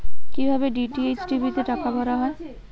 কি ভাবে DTH TV তে টাকা ভরা হয়?